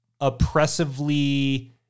oppressively